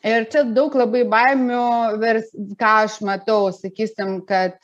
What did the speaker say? ir čia daug labai baimių vers ką aš matau sakysim kad